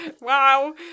Wow